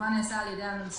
כמובן נעשה על ידי הממשלה.